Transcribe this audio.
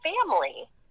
family